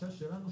החשש שלנו,